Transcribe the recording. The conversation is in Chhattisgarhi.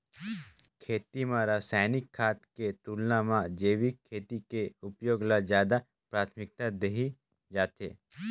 खेती म रसायनिक खाद के तुलना म जैविक खेती के उपयोग ल ज्यादा प्राथमिकता देहे जाथे